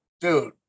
Dude